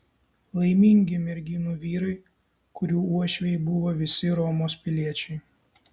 laimingi merginų vyrai kurių uošviai buvo visi romos piliečiai